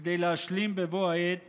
כדי להשלים בבוא העת